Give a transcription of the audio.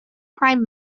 prime